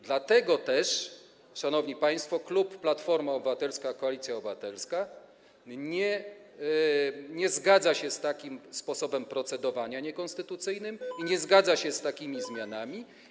Dlatego też, szanowni państwo, klub Platforma Obywatelska - Koalicja Obywatelska nie zgadza się z takim sposobem procedowania, niekonstytucyjnym, i nie zgadza się z takimi zmianami.